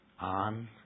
on